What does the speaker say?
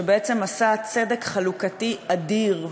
שבעצם עשה צדק חלוקתי אדיר,